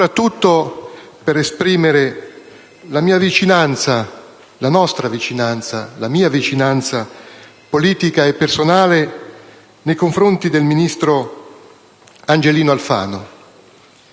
soprattutto per esprimere la nostra vicinanza, la mia vicinanza politica e personale nei confronti del ministro Angelino Alfano.